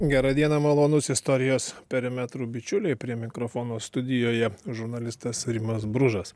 gera diena malonūs istorijos perimetrų bičiuliai prie mikrofono studijoje žurnalistas rimas bružas